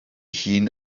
hun